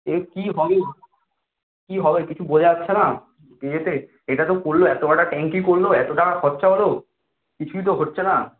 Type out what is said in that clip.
এ কী হবে কী হবে কিছু বোঝা যাচ্ছে না ইয়ে তে এটা তো পুরো এত বড় একটা ট্যাঙ্কি করলো এত টাকা খরচা হলো কিছুই তো হচ্ছে না